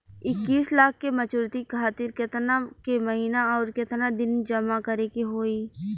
इक्कीस लाख के मचुरिती खातिर केतना के महीना आउरकेतना दिन जमा करे के होई?